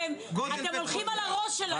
אתם הולכים על הראש שלהם.